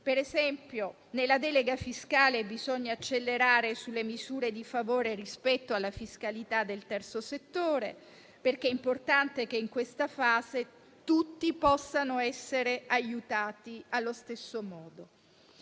ad esempio, bisogna accelerare sulle misure di favore rispetto alla fiscalità del Terzo settore, perché è importante che in questa fase tutti possano essere aiutati allo stesso modo.